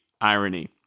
irony